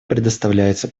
предоставляется